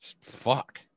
Fuck